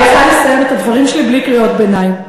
אני רוצה לסיים את הדברים שלי בלי קריאות ביניים.